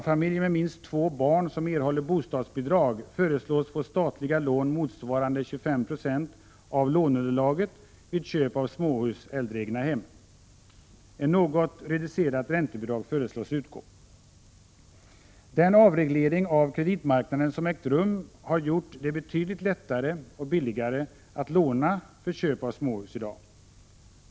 Familjer med minst två barn som erhåller bostadsbidrag föreslås få statliga lån motsvarande 25 96 av låneunderlaget vid köp av småhus eller äldre egnahem. Ett något reducerat räntebidrag föreslås utgå. Den avreglering av kreditmarknaden som ägt rum har gjort det betydligt lättare och billigare att låna för köp av småhus.